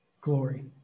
glory